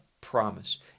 promise